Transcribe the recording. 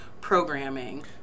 programming